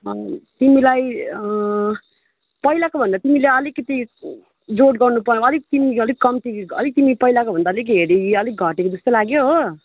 तिमीलाई पहिलाको भन्दा तिमीले अलिकिति जोड गर्नुपाउ अलिक तिमी कम्ती अलिक तिमी पहिलाको भन्दा अलिक हेरी अलिक घटेको जस्तो लाग्यो हो